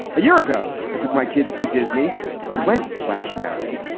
a year ago, i took my kids to disney and we went to splash mountain.